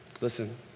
Listen